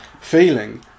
feeling